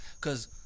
Cause